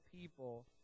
people